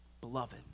Beloved